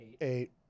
Eight